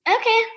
Okay